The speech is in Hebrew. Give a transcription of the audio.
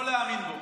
לא להאמין בו.